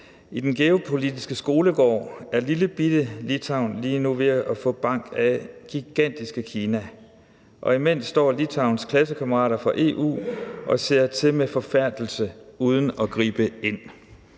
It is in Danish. »I den geopolitiske skolegård er lillebitte Litauen lige nu ved at få bank af gigantiske Kina. Og imens står Litauens klassekammerater fra EU og ser til med forfærdelse – uden at gribe ind.«